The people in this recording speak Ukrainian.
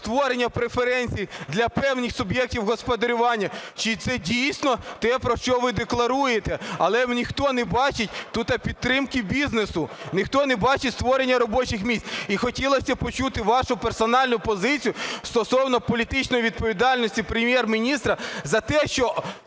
створення преференцій для певних суб'єктів господарювання, чи це дійсно те, про що ви декларуєте. Але ніхто не бачить тут підтримки бізнесу, ніхто не бачить створення робочих місць. І хотілося б почути вашу персональну позицію стосовно політичної відповідальності Прем'єр-міністра за те, що